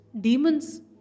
Demons